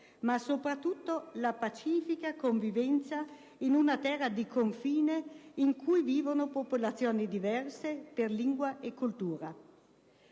ma soprattutto la pacifica convivenza in una terra di confine in cui vivono popolazioni diverse per lingua e cultura.